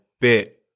bit